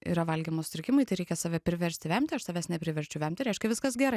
yra valgymo sutrikimai tai reikia save priversti vemti aš savęs nepriverčiu vemti reiškia viskas gerai